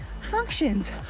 functions